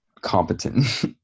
competent